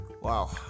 wow